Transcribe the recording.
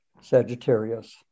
Sagittarius